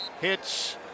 hits